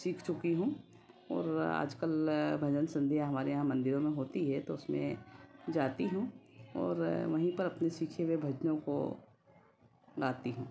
सीख चुकी हूँ और आज कल भजन संध्या हमारे यहाँ मंदिरों में होती है तो उसमें जाती हूँ और वहीं पर अपने सीखे हुए भजनों को गाती हूँ